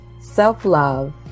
self-love